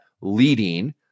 leading